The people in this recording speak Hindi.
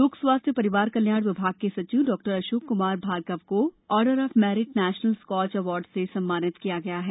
लोक स्वास्थ्य परिवार कल्याण विभाग के सचिव डॉ अशोक कुमार भार्गव को order of merit national Skoch award से सम्मानित किया गया है